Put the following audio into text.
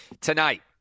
Tonight